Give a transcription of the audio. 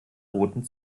roten